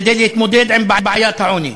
כדי להתמודד עם בעיית העוני,